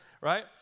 right